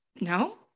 no